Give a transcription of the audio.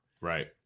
Right